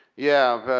yeah,